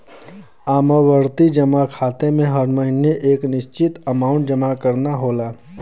आवर्ती जमा खाता में हर महीने एक निश्चित अमांउट जमा करना होला